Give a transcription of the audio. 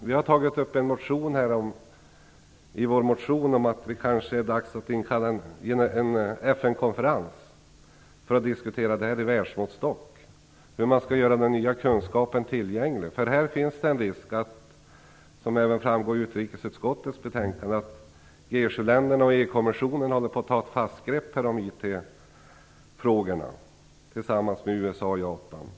Vi har i vår motion tagit upp att det kanske är dags att inkalla en FN-konferens för att diskutera hur man skall göra den nya kunskapen tillgänglig med världsmåttstock.